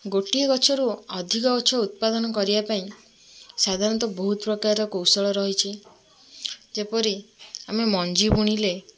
ଗୋଟିଏ ଗଛରୁ ଅଧିକ ଗଛ ଉତ୍ପାଦନ କରିବା ପାଇଁ ସାଧାରଣତଃ ବହୁତ ପ୍ରକାରର କୌଶଳ ରହିଛି ଯେପରି ଆମେ ମଞ୍ଜି ବୁଣିଲେ